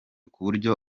kuburyo